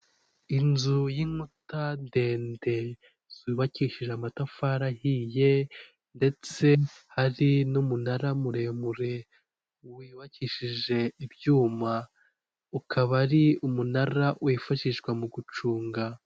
Inzu y'inkuta ndende zubakishije amatafari ahiye, ndetse hari n'umunara muremure wubakishije ibyuma, ukaba ari umunara wifashishwa mu gucunga.